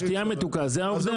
השתייה המתוקה, זו העובדה.